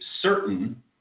certain